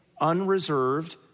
unreserved